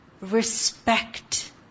respect